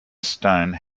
stone